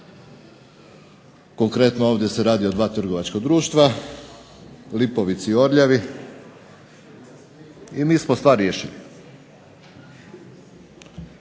konkretno ovdje se radi o dva trgovačka društva "Lipovici" i "Orljavi" i mi smo stvar riješili.